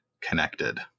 connected